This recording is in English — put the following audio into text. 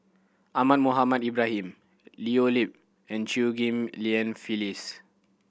Ahmad Mohamed Ibrahim Leo Yip and Chew Ghim Lian Phyllis